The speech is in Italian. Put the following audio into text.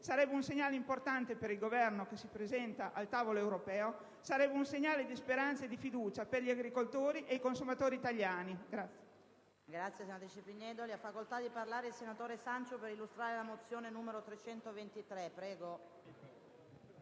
Sarebbe un segnale importante per il Governo che si presenta al tavolo europeo e un segnale di speranza e fiducia per gli agricoltori e i consumatori italiani.